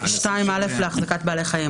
סעיף 2(א) להחזקת בעלי חיים.